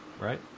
right